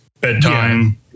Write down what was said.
bedtime